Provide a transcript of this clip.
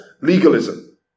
legalism